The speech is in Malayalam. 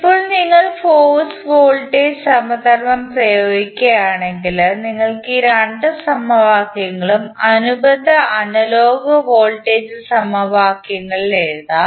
ഇപ്പോൾ നിങ്ങൾ ഫോഴ്സ് വോൾട്ടേജ് സമധർമ്മം ഉപയോഗിക്കുകയാണെങ്കിൽ നിങ്ങൾക്ക് ഈ രണ്ട് സമവാക്യങ്ങളും അനുബന്ധ അനലോഗ് വോൾട്ടേജ് സമവാക്യങ്ങളിൽ എഴുതാം